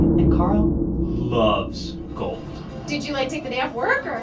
and carl loves gold did you, like, take the day off work? or.